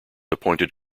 appointed